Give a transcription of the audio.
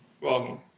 welcome